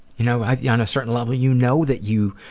you know, yeah on a certain level, you know that you